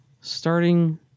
starting